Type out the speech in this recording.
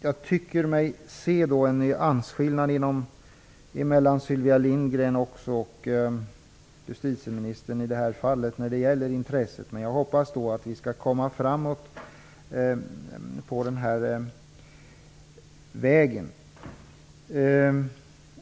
Jag tycker mig se en nyansskillnad mellan Sylvia Lindgren och justitieministern när det gäller intresset, men jag hoppas att vi skall komma framåt på den här vägen.